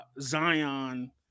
Zion